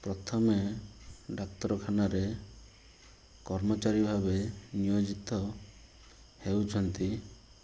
ପ୍ରଥମେ ଡାକ୍ତରଖାନାରେ କର୍ମଚାରୀ ଭାବେ ନିୟୋଜିତ ହେଉଛନ୍ତି